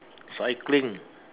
cycling